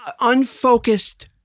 unfocused